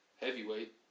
heavyweight